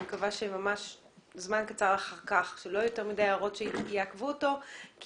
אני מקווה שלא יהיו יותר מדי הערות יעכבו אותו - כי